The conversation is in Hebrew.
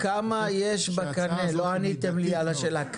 המידתית --- לא עניתם לי על השאלה,